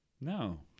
No